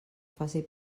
faci